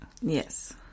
Yes